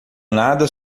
nada